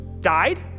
died